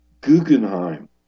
Guggenheim